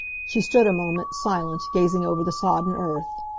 she stood a moment, silent, gazing over the sodden earth.